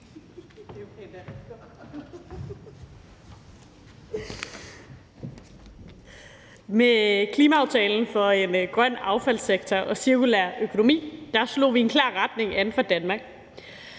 Med klimaaftalen for en grøn affaldssektor og cirkulær økonomi slog vi en klar retning an for Danmark: